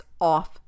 off